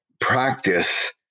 practice